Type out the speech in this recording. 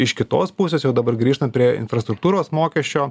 iš kitos pusės jau dabar grįžtant prie infrastruktūros mokesčio